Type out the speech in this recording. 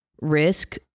risk